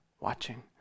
watching